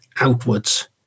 outwards